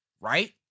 Right